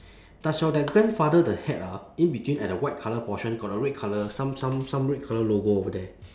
does your that grandfather the hat ah in between at the white colour portion got a red colour some some some red colour logo over there